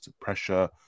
pressure